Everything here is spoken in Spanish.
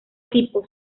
tipos